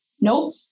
Nope